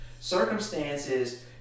Circumstances